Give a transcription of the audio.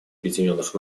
объединенных